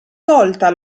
tolta